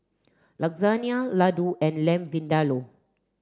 Lasagne Ladoo and Lamb Vindaloo